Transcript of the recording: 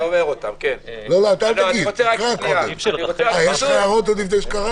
אתם מפנים אותי להצעה